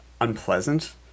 unpleasant